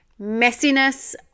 Messiness